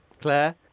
Claire